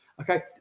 okay